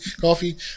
Coffee